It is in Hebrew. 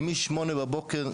אני, מ-08:00,